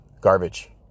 Garbage